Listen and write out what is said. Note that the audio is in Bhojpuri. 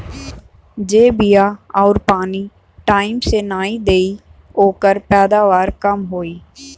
जे बिया आउर पानी टाइम से नाई देई ओकर पैदावार कम होई